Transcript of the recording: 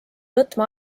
võtma